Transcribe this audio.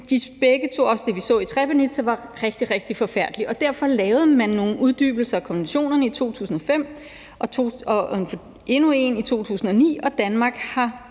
det i Rwanda og det, vi så i Srebrenica, var rigtig forfærdeligt. Derfor lavede man nogle uddybninger af konventionerne i 2005 og endnu en i 2009, og det har